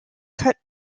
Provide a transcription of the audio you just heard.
cut